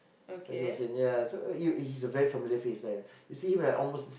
Faizal-Hussain ya so uh you he's a very familiar face eh you see him like almost